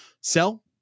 Sell